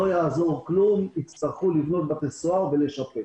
לא יעזור כלום יצטרכו לבנות בתי סוהר ולשפץ.